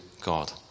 God